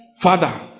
Father